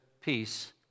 peace